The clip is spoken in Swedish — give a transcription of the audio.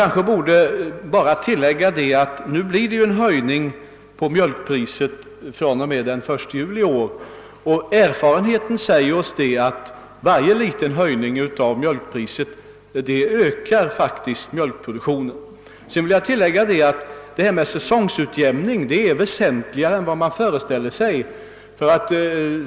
Herr talman! Det kanske borde tillläggas att mjölkpriset skall höjas den 1 juli i år, och erfarenheten säger oss att varje liten höjning av mjölkpriset ökar mjölkproduktionen. Sedan vill jag tillägga att säsongutjämningen är mera väsentlig än man föreställer sig.